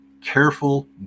careful